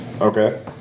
Okay